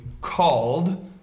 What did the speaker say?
called